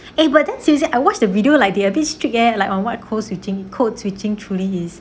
eh but then seriously I watch the video like they are a bit strict leh like on what code switching code switching truly is